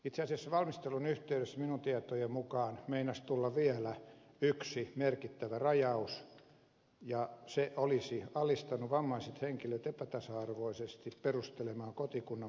itse asiassa valmistelun yhteydessä minun tietojeni mukaan meinasi tulla vielä yksi merkittä vä rajaus ja se olisi alistanut vammaiset henkilöt epätasa arvoisesti perustelemaan kotikunnan muuttamisen syitä